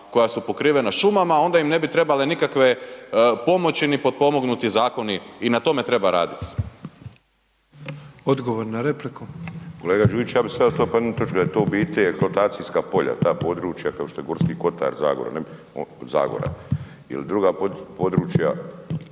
koja su pokrivena šumama, onda im ne bi trebale nikakve pomoći ni potpomognuti zakoni i na tome treba raditi. **Petrov, Božo (MOST)** Odgovor na repliku. **Bulj, Miro (MOST)** Kolega Đujić, ja bi to stavio pod jednu točku da je to u biti eksploatacijska polja, ta područja kao što je Gorski kotar, Zagora ili druga područja